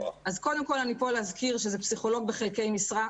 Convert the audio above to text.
אז קודם כל אני פה להזכיר שזה פסיכולוג בחלקי משרה,